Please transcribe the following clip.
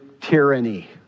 tyranny